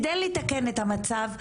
כדי לתקן את המצב,